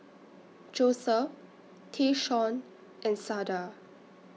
Joseph Tayshaun and Sada